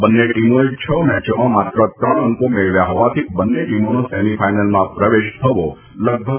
બન્ને ટીમોએ છ મેચોમાં માત્ર ત્રણ અંકો મેળવ્યા હોવાથી બન્ને ટીમોનો સેમી ફાઇનલમાં પ્રવેશ થવો લગભગ અશક્ય છે